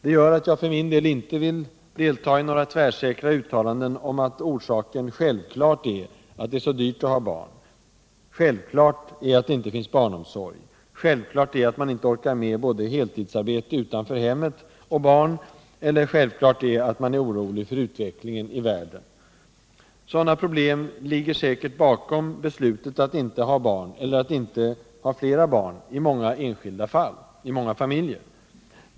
Det gör att jag för min del inte vill delta i några tvärsäkra uttalanden om att orsaken självklart är att det är så dyrt att ha barn, att det inte finns barnomsorg, att man inte orkar med både heltidsarbete utanför hemmet och barn eller att man är orolig för utvecklingen i världen. Sådana problem ligger säkert bakom beslutet att inte ha barn eller att inte ha flera barn i många familjer.